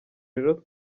rero